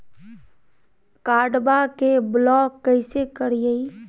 कार्डबा के ब्लॉक कैसे करिए?